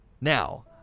Now